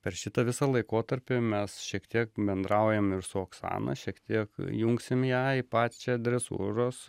per šitą visą laikotarpį mes šiek tiek bendraujam ir su oksana šiek tiek jungsim ją į pačią dresūros